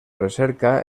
recerca